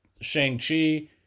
Shang-Chi